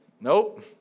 Nope